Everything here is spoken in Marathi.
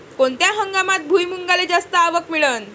कोनत्या हंगामात भुईमुंगाले जास्त आवक मिळन?